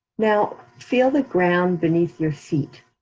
now, feel the ground beneath your feet.